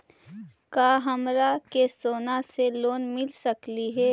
का हमरा के सोना से लोन मिल सकली हे?